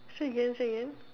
say again say again